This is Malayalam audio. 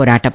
പോരാട്ടം